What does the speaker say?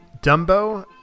Dumbo